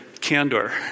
candor